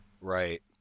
Right